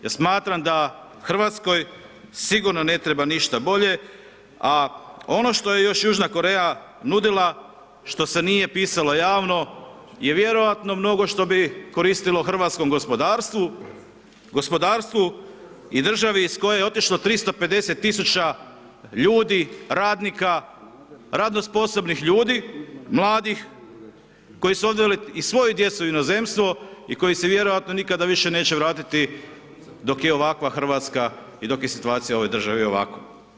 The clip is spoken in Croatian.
Ja smatram da RH sigurno ne treba ništa bolje, a ono što je još Južna Koreja nudila, što se nije pisalo javno, je vjerojatno mnogo što bi koristilo hrvatskom gospodarstvu, gospodarstvu i državi iz koje je otišlo 350 000 ljudi, radnika, radno sposobnih ljudi, mladih, koji su odveli i svoju djecu u inozemstvo i koji se vjerojatno više nikada neće vratiti dok je ovakva RH i dok je situacija u ovoj državi ovako.